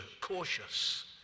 cautious